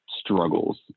struggles